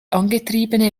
angetriebene